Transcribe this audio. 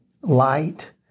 light